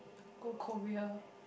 go Korea